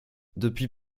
depuis